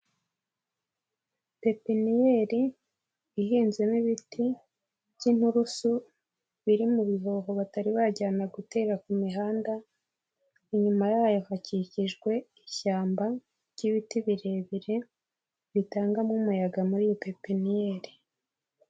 Pepiniyeri ihinzemo ibiti by'inturusu biri mu bihoho batari bajyana gutera ku mihanda, inyuma yayo hakikijwe ishyamba ry'ibiti birebire bitangamo umuyaga muri iyo pepiniyeri.